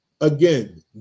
again